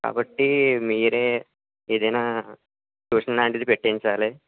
కాబట్టి మీరే ఏదైనా ట్యూషన్ లాంటిది పెట్టించాలి